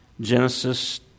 Genesis